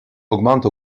augmente